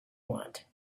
want